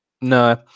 No